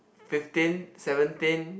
fifteen seventeen